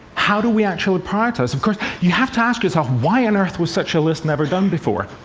how do we actually prioritize? of course, you have to ask yourself, why on earth was such a list never done before?